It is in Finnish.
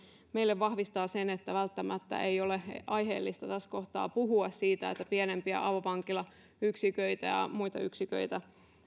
meille vahvistaa sen että välttämättä ei ole aiheellista tässä kohtaa puhua siitä että pienempiä avovankilayksiköitä ja muita yksiköitä